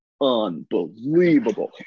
unbelievable